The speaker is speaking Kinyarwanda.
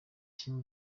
team